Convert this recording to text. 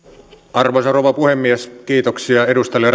arvoisa rouva puhemies kiitoksia edustajille